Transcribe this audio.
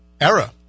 era